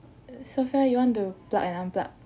err sophia you want to plug and unplug